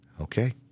Okay